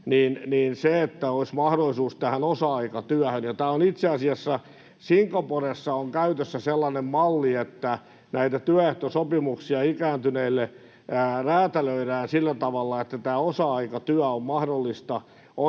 kaikki ovat, olisi mahdollisuus osa-aikatyöhön. Itse asiassa Singaporessa on käytössä sellainen malli, että työehtosopimuksia ikääntyneille räätälöidään sillä tavalla, että osa-aikatyö on mahdollista ottaa